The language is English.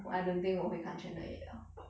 我 I don't think 我会看 channel eight 了